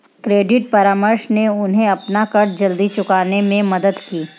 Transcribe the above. credit परामर्श ने उन्हें अपना कर्ज जल्दी चुकाने में मदद की